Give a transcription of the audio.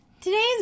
Today's